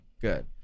good